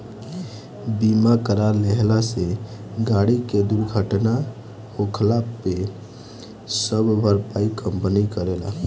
बीमा करा लेहला से गाड़ी के दुर्घटना होखला पे सब भरपाई कंपनी करेला